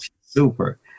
super